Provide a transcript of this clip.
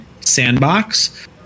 sandbox